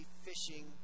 fishing